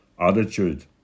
attitude